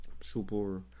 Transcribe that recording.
super